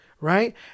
Right